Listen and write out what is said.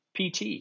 PT